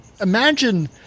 imagine